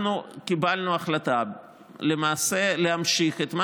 אנחנו קיבלנו החלטה למעשה להמשיך את מה